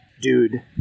dude